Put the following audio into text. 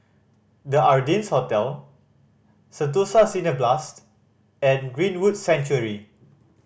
The Ardennes Hotel Sentosa Cineblast and Greenwood Sanctuary